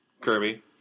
Kirby